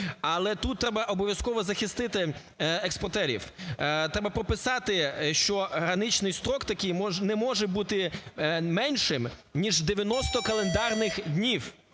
Але тут треба обов'язково захистити експортерів. Треба прописати, що граничний строк такий не може бути меншим, ніж 90 календарних днів.